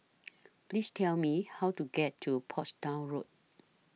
Please Tell Me How to get to Portsdown Road